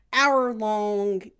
hour-long